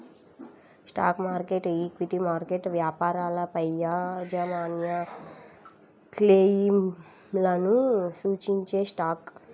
stock market, equity market వ్యాపారాలపైయాజమాన్యక్లెయిమ్లను సూచించేస్టాక్